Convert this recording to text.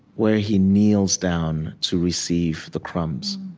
where he kneels down to receive the crumbs?